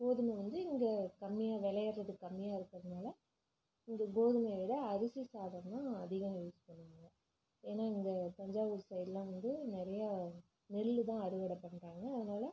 கோதுமை வந்து இங்கே கம்மியாக விளையறது கம்மியாக இருக்கறதுனால் இங்கே கோதுமையை விட அரிசி சாதந்தான் அதிகம் யூஸ் பண்ணுவாங்க ஏன்னா இங்கே தஞ்சாவூர் சைடெலாம் வந்து நிறைய நெல்லுதான் அறுவடை பண்றாங்க அதனால